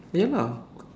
ya lah